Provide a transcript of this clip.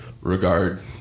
regard